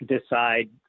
decide